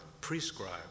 Prescribe